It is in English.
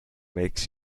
makes